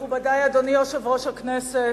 מכובדי, אדוני יושב-ראש הכנסת,